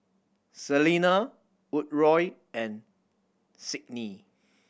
Selena Woodroe and Sydnee